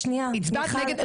הצבעת נגד.